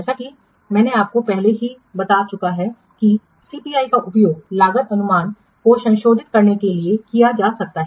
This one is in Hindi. जैसा कि मैं आपको पहले ही बता चुका है कि सीपीआई का उपयोग लागत अनुमान को संशोधित करने के लिए किया जा सकता है